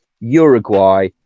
Uruguay